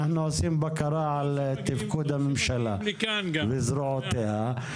אנחנו עושים בקרה על תפקוד הממשלה על זרועותיה השונות.